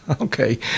okay